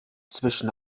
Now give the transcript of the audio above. zwischen